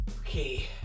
Okay